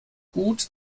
gut